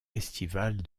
estivale